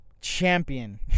Champion